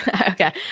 Okay